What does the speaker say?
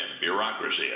bureaucracy